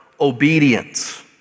obedience